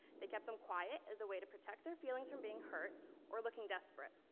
they kept them quiet as a way to protect their feelings from being hurt or looking desperate.